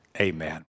Amen